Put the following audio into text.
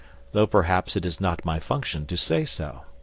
though perhaps it is not my function to say so.